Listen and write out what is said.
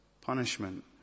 punishment